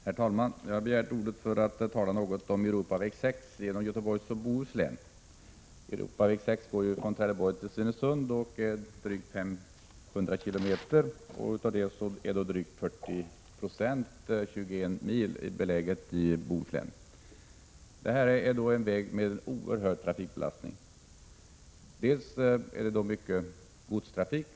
Herr talman! Jag har begärt ordet för att tala något om Europaväg 6 genom Göteborgs och Bohus län. Europaväg 6 går ju från Trelleborg till Svinesund. Denna sträcka är drygt 500 km. Av dessa går drygt 40 96 eller 21 mil genom Bohuslän. Detta är en väg med en oerhört kraftig trafikbelastning. Bl. a. förekommer där en mycket stor godstrafik.